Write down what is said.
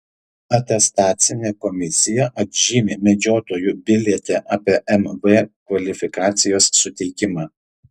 atestacinė komisija atžymi medžiotojų biliete apie mv kvalifikacijos suteikimą